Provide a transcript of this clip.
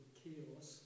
chaos